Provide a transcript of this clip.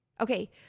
Okay